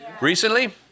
Recently